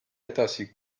edasi